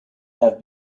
have